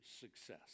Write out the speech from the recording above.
success